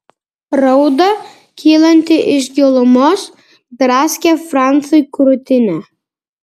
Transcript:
rauda kylanti iš gilumos draskė franciui krūtinę